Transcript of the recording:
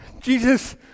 Jesus